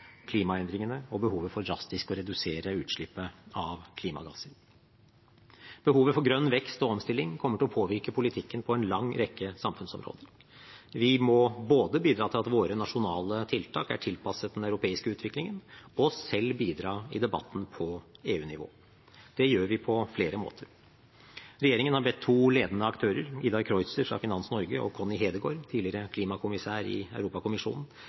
klimaendringene og behovet for drastisk å redusere utslippet av klimagasser. Behovet for grønn vekst og omstilling kommer til å påvirke politikken på en lang rekke samfunnsområder. Vi må både bidra til at våre nasjonale tiltak er tilpasset den europeiske utviklingen, og selv bidra i debatten på EU-nivå. Det gjør vi på flere måter. Regjeringen har bedt to ledende aktører – Idar Kreutzer fra Finans Norge og Connie Hedegaard, tidligere klimakommissær i Europakommisjonen